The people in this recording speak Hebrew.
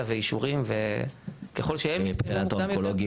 ואישורים וככול שהם יפעלו גם יותר --- ומבחינת האונקולוגים?